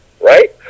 right